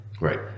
Right